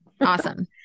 Awesome